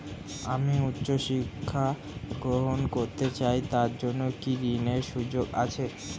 আমি উচ্চ শিক্ষা গ্রহণ করতে চাই তার জন্য কি ঋনের সুযোগ আছে?